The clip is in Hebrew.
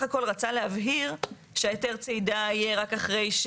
הכל רצה להבהיר שהיתר הצידה יהיה רק אחרי,